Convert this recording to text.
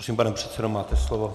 Prosím, pane předsedo, máte slovo.